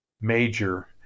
major